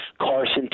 Carson